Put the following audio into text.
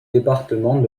département